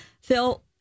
Phil